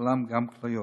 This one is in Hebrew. ובכללם גם כליות.